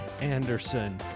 Anderson